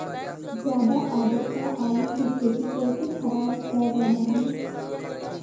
ज्यादा आद्रता आलू की खेती कैसे खराब कर रहे हैं?